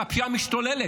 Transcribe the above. כי הפשיעה משתוללת.